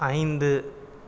ஐந்து